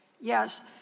Yes